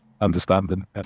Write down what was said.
understanding